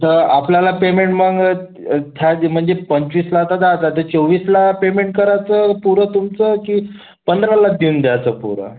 तर आपल्याला पेमेंट मग छाजी म्हणजे पंचवीसला तर जायचं तर चोवीसला पेमेंट करायचं पुढं तुमचं की पंधरालाच देऊन द्यायचं पुढं